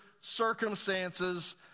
circumstances